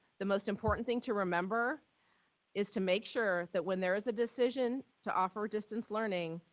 the most important thing to remember is to make sure that when there is a decision to offer a distance learning,